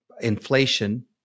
inflation